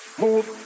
move